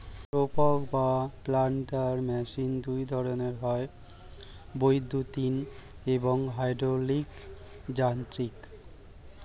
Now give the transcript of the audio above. রোপক বা planter machine দুই ধরনের হয়, বৈদ্যুতিন এবং হাইড্রলিক যান্ত্রিক